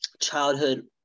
childhood